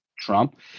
Trump